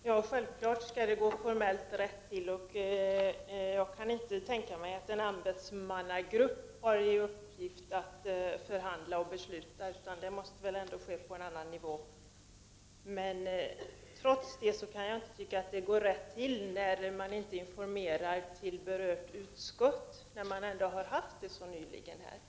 Herr talman! Naturligtvis skall det här gå rätt till formellt sett. Jag kan inte tänka mig att en ämbetsmannagrupp har i uppgift att förhandla och besluta — det måste väl ändå ske på en annan nivå. Men trots det kan jag inte tycka att det gått rätt till när man inte informerat berört utskott, trots att man så nyligen hade möjlighet till det.